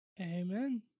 Amen